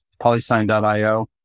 Polysign.io